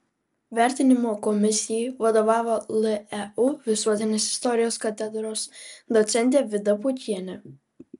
vertinimo komisijai vadovavo leu visuotinės istorijos katedros docentė vida pukienė